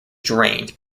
drained